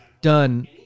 done